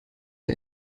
der